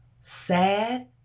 sad